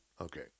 Okay